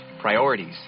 priorities